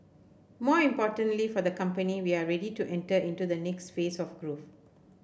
more importantly for the company we are ready to enter into the next phase of growth